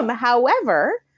um however,